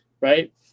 Right